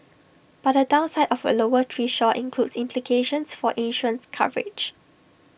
but the downside of A lower threshold includes implications for insurance coverage